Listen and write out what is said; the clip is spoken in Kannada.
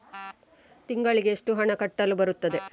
ತಿಂಗಳಿಗೆ ಎಷ್ಟು ಹಣ ಕಟ್ಟಲು ಬರುತ್ತದೆ?